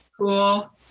Cool